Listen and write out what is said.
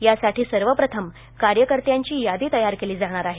त्यासाठी सर्वप्रथम कार्यकर्त्यांची यादी तयार केली जाणार आहे